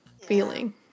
feeling